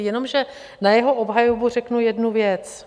Jenomže na jeho obhajobu řeknu jednu věc.